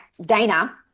Dana